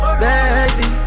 baby